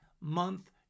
month